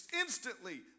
instantly